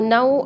Now